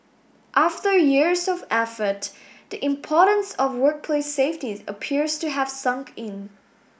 after years of effort the importance of workplace safety appears to have sunk in